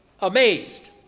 amazed